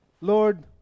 Lord